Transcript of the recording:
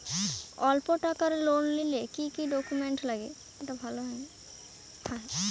অল্প টাকার লোন নিলে কি কি ডকুমেন্ট লাগে?